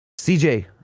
CJ